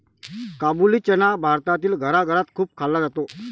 काबुली चना भारतातील घराघरात खूप खाल्ला जातो